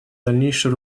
дальнейшее